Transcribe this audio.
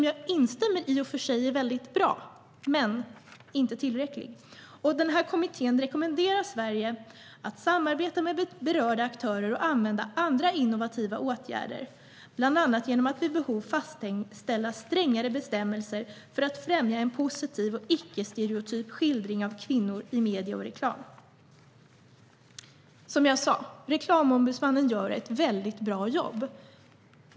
Jag instämmer i och för sig i tanken att självreglering är bra, men den är inte tillräcklig. Kommittén rekommenderar Sverige att samarbeta med berörda aktörer och använda andra innovativa åtgärder, bland annat genom att vid behov fastställa strängare bestämmelser, för att främja en positiv och icke-stereotyp skildring av kvinnor i medier och reklam. Reklamombudsmannen gör ett väldigt bra jobb.